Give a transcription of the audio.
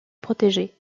protéger